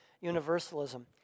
Universalism